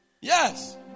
Yes